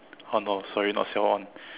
uh no sorry not siao on